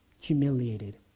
humiliated